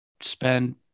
spend